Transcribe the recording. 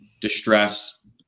distress